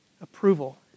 approval